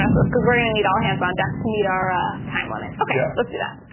ah this cause we're gonna need all hands on deck to meet our ah time limit. okay! yeah let's do that.